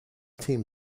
team